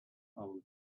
will